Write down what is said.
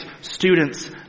students